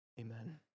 amen